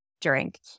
drink